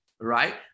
Right